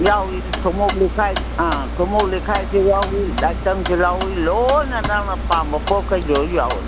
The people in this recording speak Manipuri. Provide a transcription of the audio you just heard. ꯌꯥꯎꯏ ꯊꯨꯝꯃꯣꯛ ꯂꯤꯈꯥꯏ ꯊꯨꯝꯃꯣꯛ ꯂꯤꯈꯥꯏꯁꯨ ꯌꯥꯎꯔꯤ ꯂꯥꯏꯇꯪꯁꯨ ꯌꯥꯎꯔꯤ ꯂꯣꯏꯅ ꯅꯪꯅ ꯄꯥꯝꯕ ꯄꯣꯠꯈꯩ ꯂꯣꯏ ꯌꯥꯎꯏ